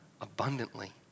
abundantly